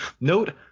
Note